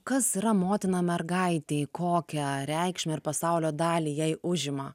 kas yra motina mergaitei kokią reikšmę ar pasaulio dalį jai užima